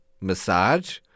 Massage